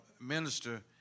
Minister